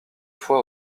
foi